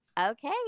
okay